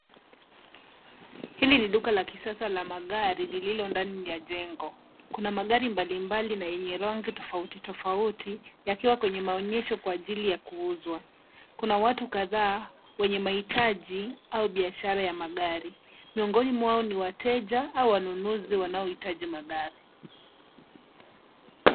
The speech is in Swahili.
Hili ni duka la kisasa la magari lililo ndani ya jengo. Kuna magari mbalimbali na yenye rangi tofauti tofauti yakiwa kwenye maonyesho kwa ajili ya kuuzwa. Kuna watu kadhaa wenye mahitaji au biashara ya magari. Miongoni mwao ni wateja au wanunuzi wanaohitaji magari.